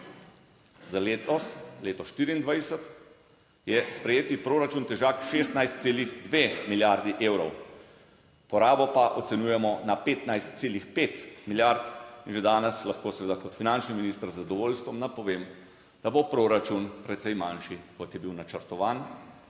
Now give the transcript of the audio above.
Za letos, leto 2024, je sprejeti proračun težak 16,2 milijardi evrov, porabo pa ocenjujemo na 15,5 milijard in že danes lahko seveda kot finančni minister z zadovoljstvom napovem, da bo proračun precej manjši, kot je bil načrtovan,